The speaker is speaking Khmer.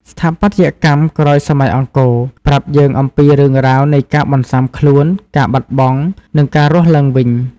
ស្ថាបត្យកម្មក្រោយសម័យអង្គរប្រាប់យើងពីរឿងរ៉ាវនៃការបន្សាំខ្លួន ការបាត់បង់ និងការរស់ឡើងវិញ។